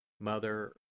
Mother